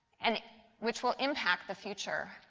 and which will impact the future.